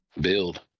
build